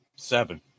seven